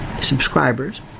subscribers